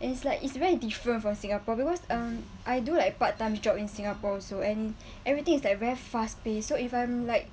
and it's like it's very different from singapore because um I do like part time job in singapore also and everything is like very fast pace so if I'm like